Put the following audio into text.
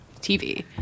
TV